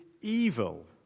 evil